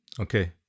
Okay